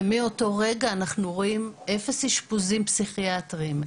ומאותו רגע אנחנו רואים אפס אשפוזים פסיכיאטרים.